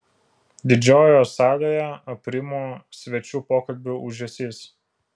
didžiojoje salėje aprimo svečių pokalbių ūžesys